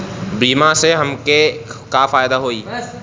बीमा से हमके का फायदा होई?